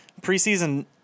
Preseason